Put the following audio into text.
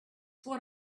what